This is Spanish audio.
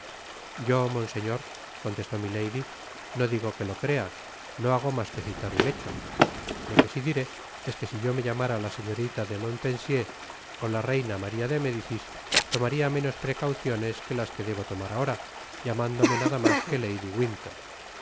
yo monseñor contestó milady no digo que lo crea no hago mas que citar un hecho lo que si diré es que si yo me llamara la señorita de montpensier ó la reina maria de médicis tomaria menos precauciones que las que debo ahora tomar llamándome nada mas que lady winter